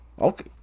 Okay